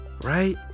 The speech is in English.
right